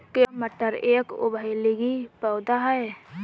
क्या मटर एक उभयलिंगी पौधा है?